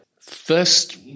first